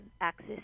access